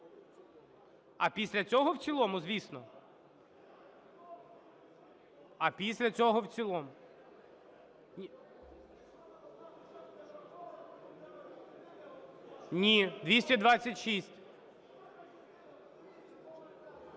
А після цього в цілому, звісно, а після цього в цілому. ГОЛОС